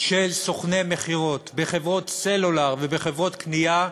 של סוכני מכירות בחברות סלולר ובחברות קנייה,